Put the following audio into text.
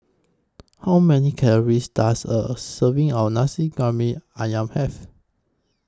How Many Calories Does A Serving of Nasi Briyani Ayam Have